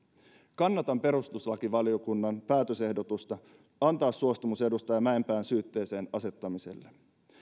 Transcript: kannatan perustuslakivaliokunnan päätösehdotusta antaa suostumus edustaja mäenpään syytteeseen asettamiselle